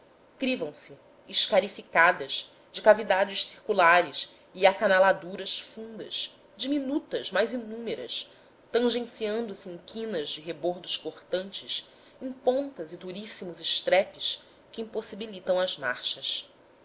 crivam se escarificadas de cavidades circulares e acanaladuras fundas diminutas mas inúmeras tangenciando se em quinas de rebordos cortantes em pontas e duríssimos estrepes que impossibilitam as marchas